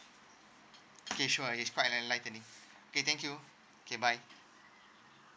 okay sure it's quite enlightening okay thank you okay bye